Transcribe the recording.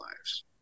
lives